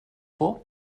vor